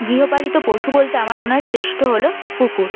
গৃহপালিত পশু বলতে আমার মনে হয় শ্রেষ্ট হল কুকুর